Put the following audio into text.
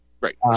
Right